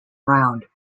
round